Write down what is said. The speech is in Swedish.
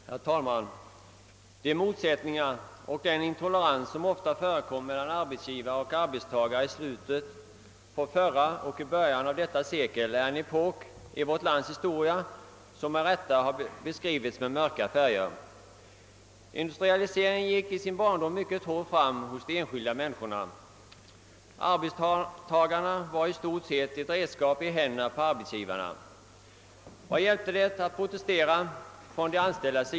Herr talman! De motsättningar och den intolerans som ofta förekom mellan arbetsgivare och arbetstagare i slutet av förra och i början av detta sekel är en epok i vårt lands historia som med rätta har beskrivits med mörka färger. Industrialiseringen gick i sin barndom mycket hårt fram med de enskilda människorna. Arbetstagarna var i stort sett ett redskap i händerna på arbetsgivarna. Vad hjälpte det att de anställda protesterade?